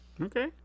Okay